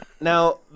Now